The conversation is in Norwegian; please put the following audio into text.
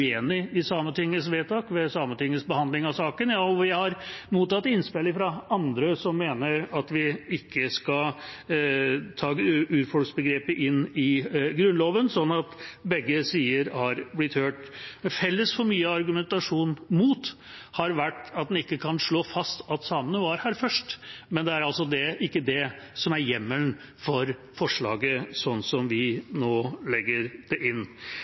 i Sametingets vedtak ved Sametingets behandling av saken, og vi har mottatt innspill fra andre, som mener at vi ikke skal ta urfolksbegrepet inn i Grunnloven, slik at begge sider har blitt hørt. Felles for mye av argumentasjonen imot har vært at en ikke kan slå fast at samene var her først, men det er altså ikke det som er hjemmelen for forslaget slik som vi nå legger det inn.